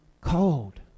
cold